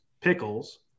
pickles